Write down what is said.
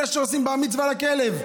אלה שעושים בר-מצווה לכלב,